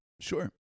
sure